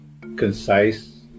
concise